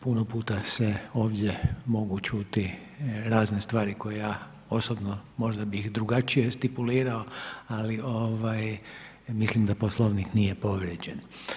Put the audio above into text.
Puno puta se ovdje mogu ćuti razne stvari koje bih ja osobno možda bi drugačije stipulirao, ali mislim da Poslovnik nije povrijeđen.